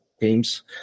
games